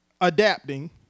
adapting